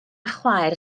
chwaer